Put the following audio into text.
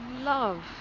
love